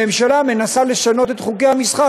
הממשלה מנסה לשנות את חוקי המשחק,